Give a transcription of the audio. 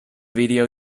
video